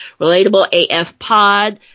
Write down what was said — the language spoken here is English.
RelatableAFPod